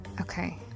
Okay